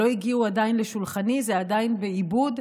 לא הגיעו עדיין לשולחני, זה עדיין בעיבוד.